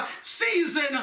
Season